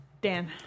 Dan